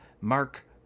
Mark